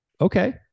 okay